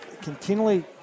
continually